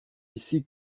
ici